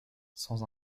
sans